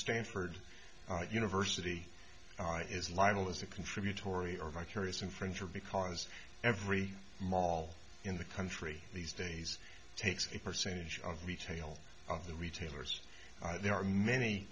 stanford university is liable as a contributory or vicarious infringer because every mall in the country these days takes a percentage of retail of the retailers there are many